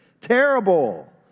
terrible